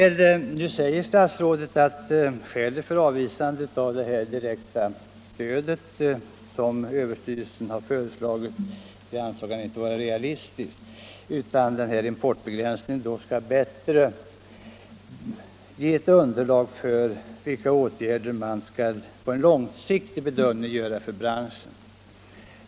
Nu säger statsrådet att det direkta stöd som överstyrelsen har föreslagit anser han inte vara realistiskt, utan en importbegränsning skall ge ett bättre underlag för bedömningen av vilka åtgärder man långsiktigt skall vidta för branschen.